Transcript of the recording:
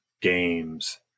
games